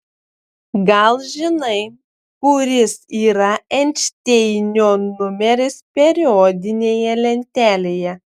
gal žinai kuris yra einšteinio numeris periodinėje lentelėje